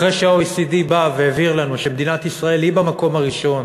אחרי שה-OECD בא והבהיר לנו שמדינת ישראל היא במקום הראשון,